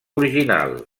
original